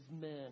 men